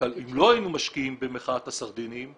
שאם לא היינו משקיעים במחאת הסרדינים,